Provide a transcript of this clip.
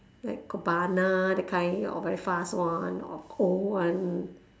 like cobana that kind all very fast one or old one